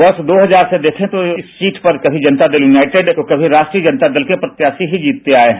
वर्ष दो हजार से देखें तो इस सीट पर कभी जनता दल यूनाइटेड और तो कभी राष्ट्रीय जनता दल के प्रत्याशी ही जितते आये हैं